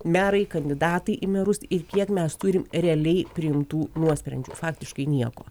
merai kandidatai į merus ir kiek mes turim realiai priimtų nuosprendžių faktiškai nieko